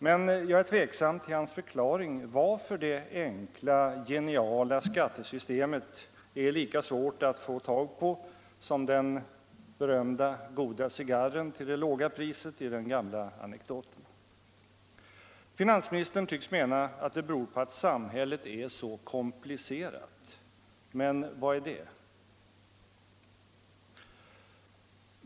Men jag är tveksam till hans förklaring varför det ”enkla geniala skattesystemet” är lika svårt att få tag på som den berömda goda cigarren till det låga priset i den gamla anekdoten. Finansministern tycks mena att det beror på att samhället är ”så komplicerat”. Men vad är det?